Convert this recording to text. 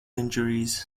injuries